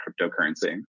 cryptocurrency